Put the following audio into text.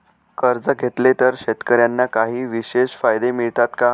कर्ज घेतले तर शेतकऱ्यांना काही विशेष फायदे मिळतात का?